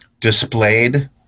displayed